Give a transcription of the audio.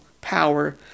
power